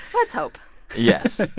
let's hope yes.